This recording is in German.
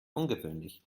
ungewöhnlich